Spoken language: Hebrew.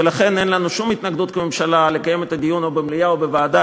ולכן אין לנו שום התנגדות כממשלה לקיים את הדיון או במליאה או בוועדה,